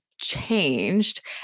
changed